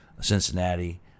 Cincinnati